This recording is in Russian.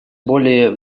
более